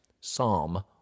Psalm